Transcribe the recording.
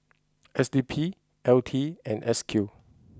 S D P L T and S Q